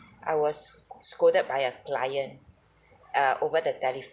I was s~ scolded by a client err over the telephone